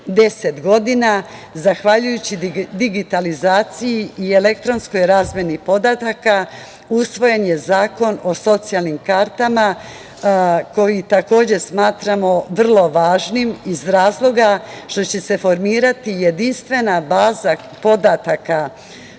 pre 10 godina zahvaljujući digitalizaciji i elektronskoj razmeni podataka. Usvojen je Zakon o socijalnim kartama, koji takođe smatramo vrlo važnim iz razloga što će se formirati jedinstvena baza podataka